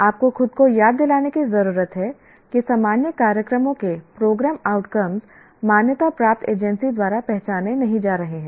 आपको खुद को याद दिलाने की जरूरत है कि सामान्य कार्यक्रमों के प्रोग्राम आउटकम्स मान्यता प्राप्त एजेंसी द्वारा पहचाने नहीं जा रहे हैं